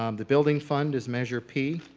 um the building fund is measure p,